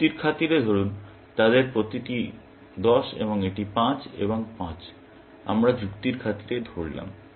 যুক্তির খাতিরে ধরুন তাদের প্রতিটি 10 এবং এটি 5 এবং 5 আমরা যুক্তির খাতিরে ধরলাম